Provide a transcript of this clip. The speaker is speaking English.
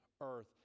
earth